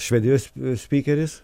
švedijos spykeris